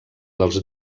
dels